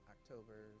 October